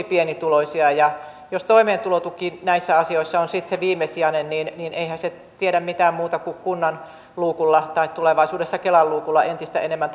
pienituloisia jos toimeentulotuki näissä asioissa on sitten se viimesijainen niin niin eihän se tiedä mitään muuta kuin kunnan luukulla tai tulevaisuudessa kelan luukulla entistä enemmän